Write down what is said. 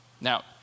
Now